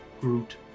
Groot